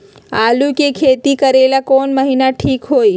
आलू के खेती करेला कौन महीना ठीक होई?